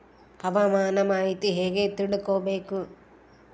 ಹವಾಮಾನದ ಮಾಹಿತಿ ಹೇಗೆ ತಿಳಕೊಬೇಕು?